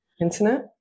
Internet